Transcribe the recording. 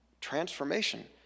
transformation